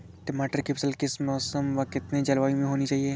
टमाटर की फसल किस मौसम व कितनी जलवायु में होनी चाहिए?